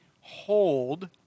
hold